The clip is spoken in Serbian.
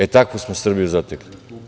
E, takvu smo Srbiju zatekli.